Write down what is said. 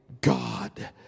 God